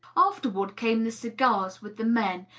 afterward came the cigars with the men,